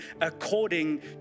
according